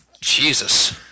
Jesus